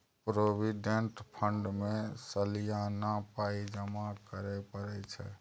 provident fund मे सलियाना पाइ जमा करय परय छै